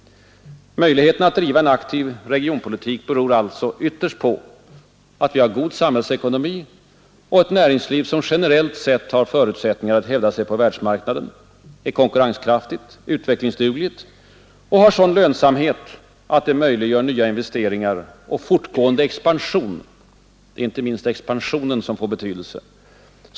Möjligheterna att driva en aktiv regionalpolitik beror alltså ytterst på om vi har en god samhällsekonomi och ett näringsliv som generellt sett har förutsättningar att hävda sig på världsmarknaden, är konkurrenskraftigt och utvecklingsdugligt och har sådan lönsamhet att det möjliggör nya investeringar och fortgående expansion — det är inte minst expansionen som får betydelse.